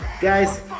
Guys